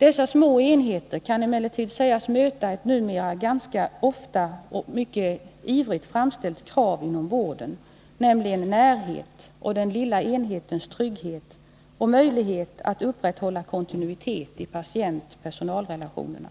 Dessa små enheter kan emellertid sägas möta ett numera ganska ofta och mycket ivrigt framställt krav inom vården, nämligen närhet och den lilla enhetens trygghet och möjlighet att upprätthålla kontinuitet i patient-personalrelationerna.